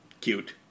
cute